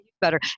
better